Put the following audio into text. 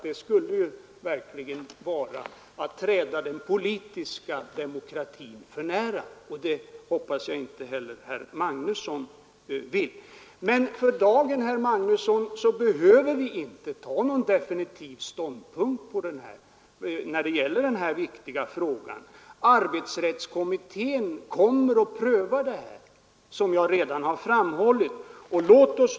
Det skulle verkligen vara att komma i konflikt med den politiska demokratin, och det hoppas jag att inte ens herr Magnusson vill. Men för dagen, herr Magnusson, behöver vi inte ta någon definitiv ställning i den här viktiga frågan. Arbetsrättskommittén kommer, som jag redan har framhållit, att pröva förslaget.